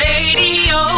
Radio